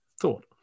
thought